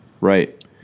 Right